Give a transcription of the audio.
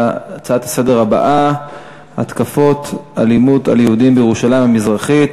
להצעות הבאות לסדר-היום: התקפות אלימות על יהודים בירושלים המזרחית,